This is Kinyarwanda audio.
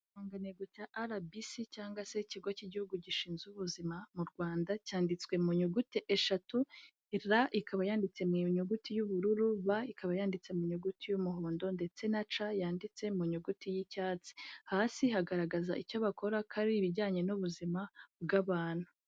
Ikirangango cya RBC cyangwa se ikigo cy'igihugu gishinzwe ubuzima mu Rwanda cyanditswe mu nyuguti eshatu R ikaba yanditse mu nyuguti y'ubururu B ikaba yanditse mu nyuguti y'umuhondo ndetse na C yanditse mu nyuguti y'icyatsi, hasi hagaragaza icyo bakora ko ari ibijyanye n'ubuzima bw'abantu.